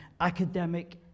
academic